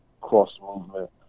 cross-movement